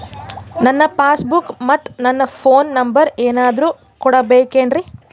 ನನ್ನ passbook ಮತ್ ನನ್ನ ಫೋನ್ ನಂಬರ್ ಏನಾದ್ರು ಕೊಡಬೇಕೆನ್ರಿ?